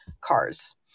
cars